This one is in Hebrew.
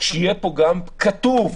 שיהיה פה גם כתוב,